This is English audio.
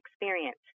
experience